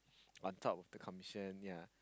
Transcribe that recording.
on top of the commission yea